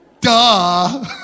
Duh